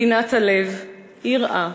בינת הלב, יראה,